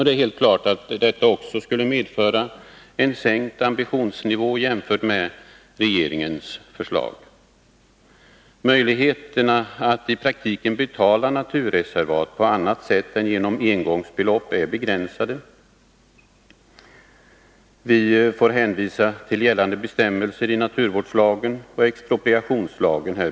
Det är helt klart att detta också skulle medföra en sänkt ambitionsnivå jämfört med regeringens förslag. Möjligheterna att i praktiken betala naturreservat på annat sätt än genom engångsbelopp är begränsade — jag får härvidlag hänvisa till gällande bestämmelser i naturvårdslagen och expropriationslagen.